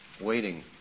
waiting